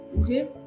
Okay